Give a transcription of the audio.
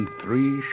three